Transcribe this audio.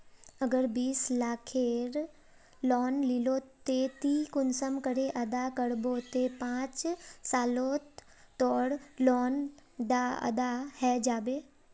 अगर बीस लाखेर लोन लिलो ते ती कुंसम करे अदा करबो ते पाँच सालोत तोर लोन डा अदा है जाबे?